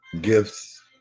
gifts